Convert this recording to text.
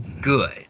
good